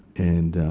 and